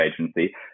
agency